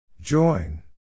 Join